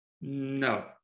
No